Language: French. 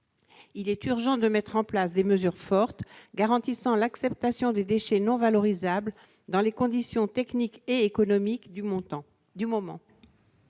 Il est urgent de mettre en place des mesures fortes, garantissant l'acceptation des déchets non valorisables dans les conditions techniques et économiques du moment.